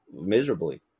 miserably